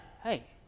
hey